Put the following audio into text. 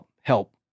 help